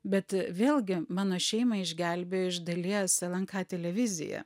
bet vėlgi mano šeimą išgelbėjo iš dalies lnk televizija